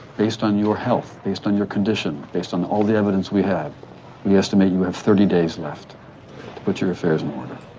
based on your health, based on your condition, based on all the evidence we have we estimate you have thirty days left to put your affairs in order.